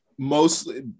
mostly